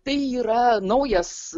tai yra naujas